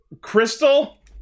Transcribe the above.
Crystal